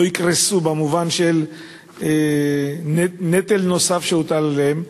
יקרסו במובן של נטל נוסף שהוטל עליהם?